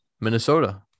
Minnesota